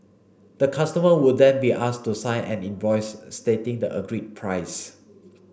the customer would then be asked to sign an invoice stating the agreed price